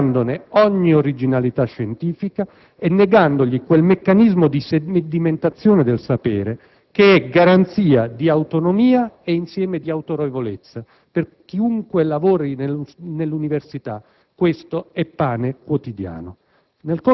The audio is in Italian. negandole ogni originalità scientifica e negandole quel meccanismo di sedimentazione del sapere, che è garanzia di autonomia ed insieme di autorevolezza. Per chiunque lavori nell'università questo è pane quotidiano.